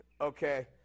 Okay